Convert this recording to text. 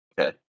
Okay